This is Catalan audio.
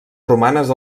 romanes